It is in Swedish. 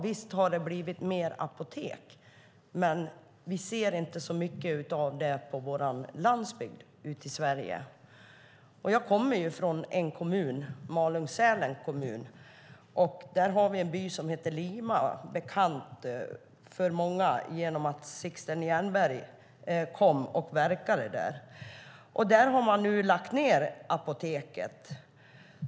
Visst har det blivit fler apotek, men vi ser inte så mycket av det på vår landsbygd i Sverige. Jag kommer från Malung-Sälens kommun. Där har vi en by som heter Lima. Den är bekant för många genom att Sixten Jernberg kom och verkade där. Där har man nu lagt ned apoteket.